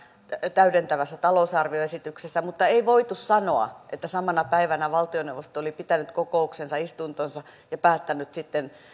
täydentävässä talousarvioesityksessä mutta ei voitu sanoa että samana päivänä valtioneuvosto oli pitänyt kokouksensa istuntonsa ja päättänyt sitten